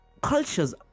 cultures